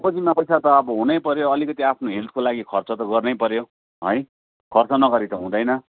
गोजीमा पैसा त अब हुनैपर्यो अलिकति आफ्नो हेल्थको लागि खर्च त गर्नैपर्यो है खर्च नगरी त हुँदैन